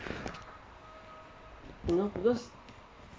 wo~ worse